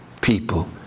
people